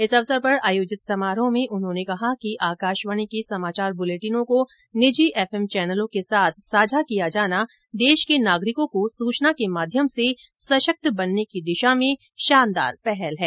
इस अवसर पर आयोजित समारोह में उन्होंने कहा कि आकाशवाणी के समाचार बुलेटिनों को निजी एफ एम चैनलों के साथ साझा किया जाना देश के नागरिकों को सूचना के माध्यम से सशक्त बनने की दिशा में शानदार पहल है